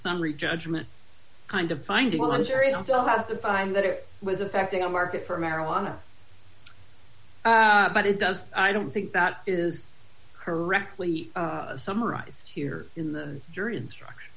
summary judgment kind of finding on juries also have to find that it was affecting the market for marijuana but it does i don't think that is correctly summarized here in the jury instruction